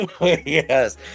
Yes